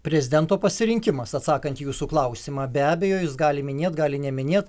prezidento pasirinkimas atsakant į jūsų klausimą be abejo jis gali minėt gali neminėt